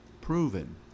proven